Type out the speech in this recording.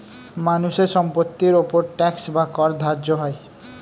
মানুষের সম্পত্তির উপর ট্যাক্স বা কর ধার্য হয়